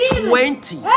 twenty